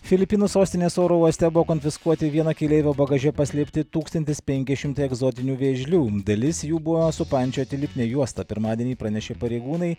filipinų sostinės oro uoste buvo konfiskuoti vieno keleivio bagaže paslėpti tūkstantis penki šimtai egzotinių vėžlių dalis jų buvo supančioti lipnia juosta pirmadienį pranešė pareigūnai